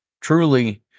truly